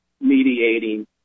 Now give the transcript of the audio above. mediating